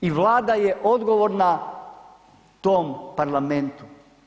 I vlada je odgovorna tom parlamentu.